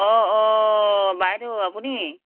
অ অ বাইদেউ আপুনি